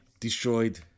destroyed